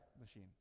machine